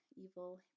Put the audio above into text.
evil